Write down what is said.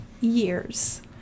years